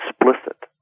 explicit